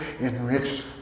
enriched